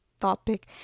topic